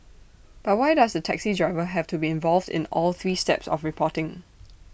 but why does the taxi driver have to be involved in all three steps of reporting